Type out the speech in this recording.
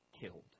killed